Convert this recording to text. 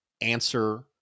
answer